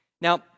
Now